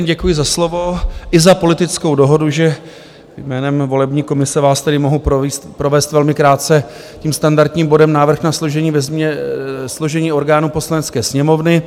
Děkuji za slovo i za politickou dohodu, že jménem volební komise vás tedy mohu provést velmi krátce tím standardním bodem návrh na změny složení orgánů Poslanecké sněmovny.